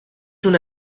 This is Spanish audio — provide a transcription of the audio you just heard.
una